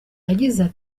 yagize